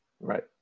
right